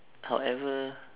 however